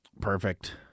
Perfect